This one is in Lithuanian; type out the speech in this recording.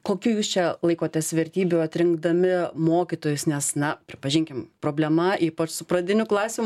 kokių jūs čia laikotės vertybių atrinkdami mokytojus nes na pripažinkim problema ypač su pradinių klasių